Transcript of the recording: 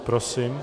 Prosím.